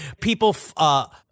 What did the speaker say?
people –